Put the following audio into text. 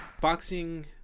Boxing